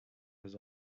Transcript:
his